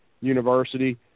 University